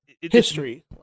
history